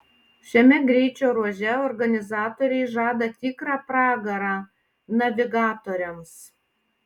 šiame greičio ruože organizatoriai žada tikrą pragarą navigatoriams